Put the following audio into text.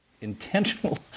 intentional